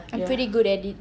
I'm pretty good at it